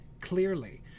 clearly